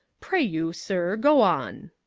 pray you, sir, go on.